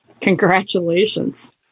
Congratulations